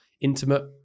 intimate